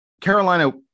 Carolina